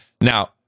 Now